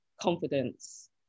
confidence